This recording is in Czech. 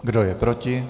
Kdo je proti?